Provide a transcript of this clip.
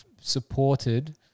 supported